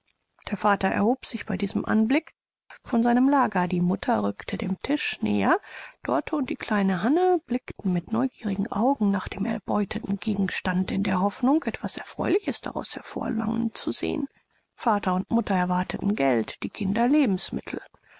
der vater erhob sich bei diesem anblick von seinem lager die mutter rückte dem tisch näher dorte und die kleine hanne blickten mit neugierigen augen nach dem erbeuteten gegenstande in der hoffnung etwas erfreuliches daraus hervorlangen zu sehen vater und mutter erwarteten geld die kinder lebensmittel